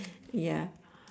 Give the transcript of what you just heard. ya